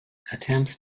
attempts